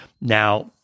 Now